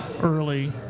early